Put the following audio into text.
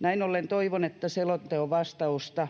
Näin ollen toivon, että selonteon vastausta